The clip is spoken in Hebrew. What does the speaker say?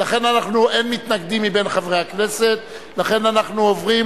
אין מתנגדים מבין חברי הכנסת, לכן אנחנו עוברים